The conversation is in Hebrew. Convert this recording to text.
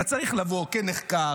אתה צריך לבוא כנחקר,